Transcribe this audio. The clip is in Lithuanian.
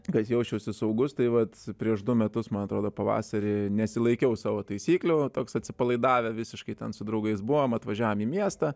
kad jaučiausi saugus tai vat prieš du metus man atrodo pavasarį nesilaikiau savo taisyklių toks atsipalaidavę visiškai ten su draugais buvom atvažiavom į miestą